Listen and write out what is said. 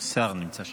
השר נמצא שם.